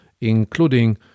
including